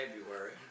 February